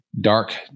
dark